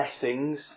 blessings